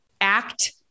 act